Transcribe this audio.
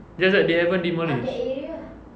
just that they haven't demolish